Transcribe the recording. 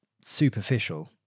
superficial